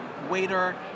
Waiter